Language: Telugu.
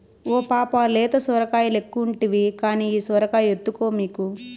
ఓ పాపా లేత సొరకాయలెక్కుంటివి కానీ ఈ సొరకాయ ఎత్తుకో మీకు